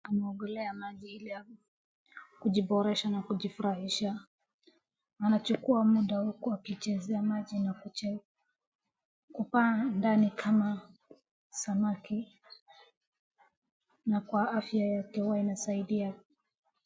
Anaogelea maji ili kujiboresha na kujifurahisha, anachukua muda huku akichezea maji na kupaa mdani kama samaki na kwa afya huwa inasaidia.